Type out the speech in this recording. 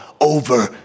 over